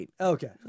Okay